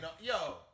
Yo